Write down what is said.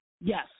Yes